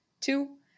Two